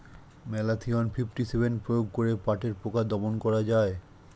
Malathion fifty seven প্রয়োগ করে পাটের পোকা দমন করা যায়?